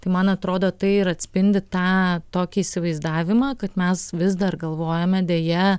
tai man atrodo tai ir atspindi tą tokį įsivaizdavimą kad mes vis dar galvojame deja